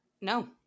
No